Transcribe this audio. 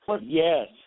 Yes